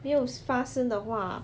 没有发生的话